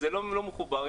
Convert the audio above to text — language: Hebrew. לא מחובר.